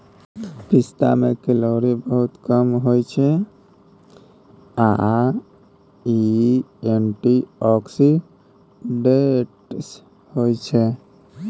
पिस्ता मे केलौरी बहुत कम होइ छै आ इ एंटीआक्सीडेंट्स होइ छै